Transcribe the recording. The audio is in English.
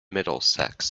middlesex